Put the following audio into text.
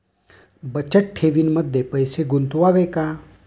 बचत ठेवीमध्ये पैसे गुंतवावे का?